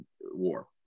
war